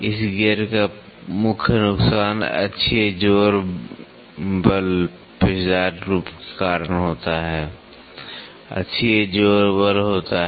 इस गियर का मुख्य नुकसान अक्षीय जोर बल पेचदार रूप के कारण होता है अक्षीय जोर बल होता है